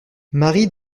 marie